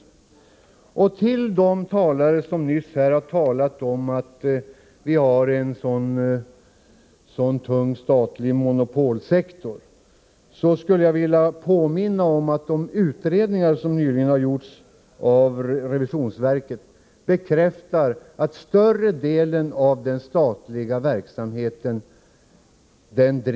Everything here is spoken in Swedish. Jag skulle vilja påminna de talare som här har sagt att vi har en så tung statlig monopolsektor om att de utredningar som riksrevisionsverket nyligen har gjort bekräftar att större delen av den statliga verksamheten, räknat